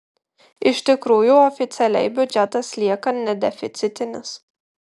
iš tikrųjų oficialiai biudžetas lieka nedeficitinis